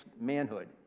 manhood